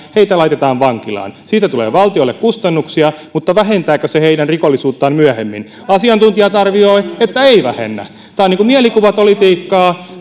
laitetaan vankilaan siitä tulee valtiolle kustannuksia mutta vähentääkö se heidän rikollisuuttaan myöhemmin asiantuntijat arvioivat että ei vähennä tämä on mielikuvapolitiikkaa